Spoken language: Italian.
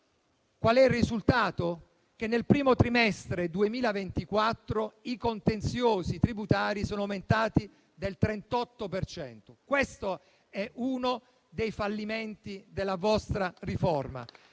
Il risultato è che nel primo trimestre del 2024 i contenziosi tributari sono aumentati del 38 per cento. Questo è uno dei fallimenti della vostra riforma.